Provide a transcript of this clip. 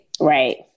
Right